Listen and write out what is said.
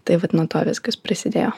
tai vat nuo to viskas prasidėjo